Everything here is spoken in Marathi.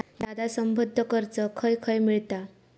दादा, संबंद्ध कर्ज खंय खंय मिळता